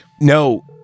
No